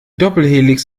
doppelhelix